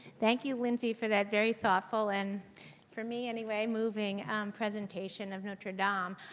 thank you, lindsey, for that very thoughtful and for me anyway, moving presentation of notre-dame. um